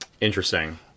Interesting